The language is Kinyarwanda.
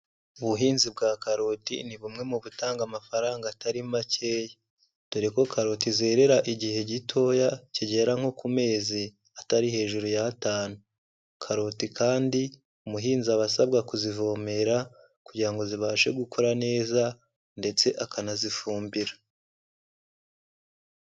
Ubuhinzi bwa karoti ni bumwe mu butanga amafaranga atari makeya, dore ko karoti zerera igihe gitoya kigera nko ku mezi atari hejuru y'atanu, karoti kandi umuhinzi aba asabwa kuzivomera kugira ngo zibashe gukura neza ndetse akanazifumbira.